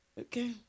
Okay